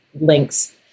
links